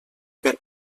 per